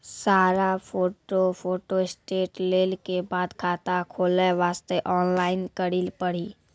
सारा photo photostat लेल के बाद खाता खोले वास्ते ऑनलाइन करिल पड़ी?